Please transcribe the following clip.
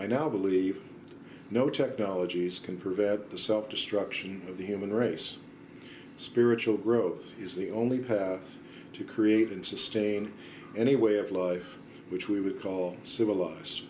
i now believe no technologies can prevent the self destruction of the human race spiritual growth is the only path to create and sustain any way of life which we would call civilized